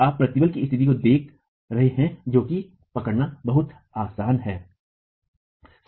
तो आप प्रतिबल की स्थिति को नहीं देख रहे हैं जो कि पकड़ना बहुत आसान है